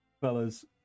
fellas